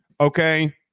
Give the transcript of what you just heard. okay